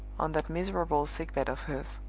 on that miserable sick-bed of hers.